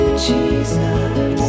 Jesus